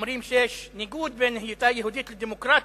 אומרים שיש ניגוד בין היותה יהודית לדמוקרטית,